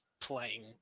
playing